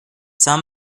some